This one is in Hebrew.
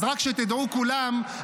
אז רק שתדעו כולם,